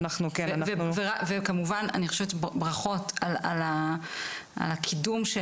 כמובן ברכות על הקידום,